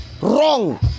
wrong